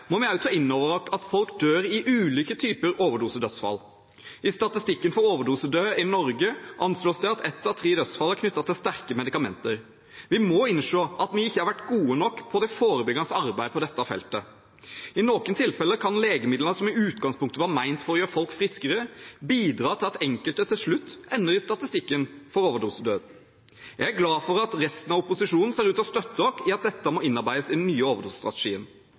må vi også ta inn over oss at folk dør i ulike typer overdosedødsfall. I statistikken for overdosedød i Norge anslås det at ett av tre dødsfall er knyttet til sterke medikamenter. Vi må innse at vi ikke har vært gode nok på det forebyggende arbeidet på dette feltet. I noen tilfeller kan legemidler som i utgangspunktet var ment å gjøre folk friskere, bidra til at enkelte til slutt ender i statistikken for overdosedød. Jeg er glad for at resten av opposisjonen ser ut til å støtte oss i at dette må innarbeides i den nye